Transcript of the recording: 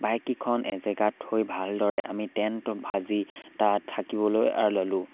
বাইককেইখন এজেগাত থৈ ভালদৰে আমি টেণ্ট সাজি তাত থাকিবলৈ ল'লোঁ